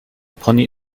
pony